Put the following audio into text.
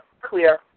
clear